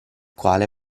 quale